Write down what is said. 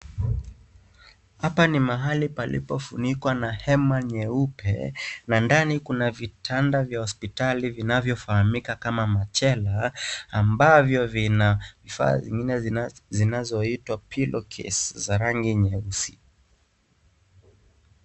Hapa ni mahali palipofunikwa na hema nyeupe na ndani kuna vitanda vya hospitali vinavyo fahamika kama machela ambavyo vinahifadhi zile zinazoitwa pillow case za rangi nyeusi.